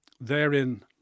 therein